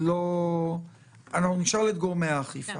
לא --- נשאל את גורמי האכיפה,